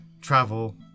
travel